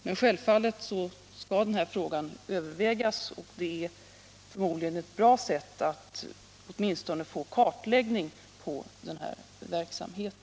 Men självfallet skall denna fråga övervägas, och det är förmodligen ett bra sätt att åtminstone få en kartläggning av denna verksamhet.